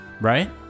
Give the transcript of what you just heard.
Right